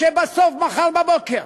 כשבסוף מחר בבוקר,